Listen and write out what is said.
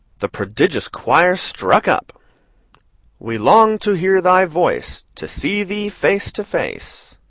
the prodigious choir struck up we long to hear thy voice, to see thee face to face.